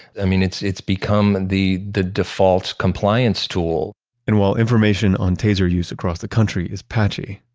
i mean it's it's become and the the default compliance tool and while information on taser use across the country is patchy,